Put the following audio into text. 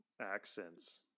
accents